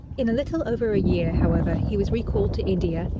in a little over a year, however, he was recalled to india,